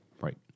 Right